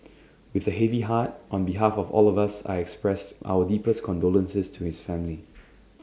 with A heavy heart on behalf of all of us I expressed our deepest condolences to his family